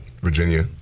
Virginia